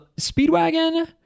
Speedwagon